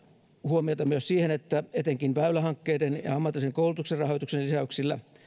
huomiota myös siihen että etenkin väylähankkeiden ja ammatillisen koulutuksen rahoituksen lisäyksillä